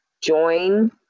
join